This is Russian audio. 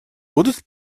будут